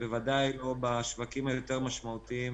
בוודאי לא בשווקים היותר המשמעותיים